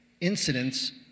incidents